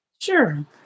Sure